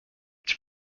its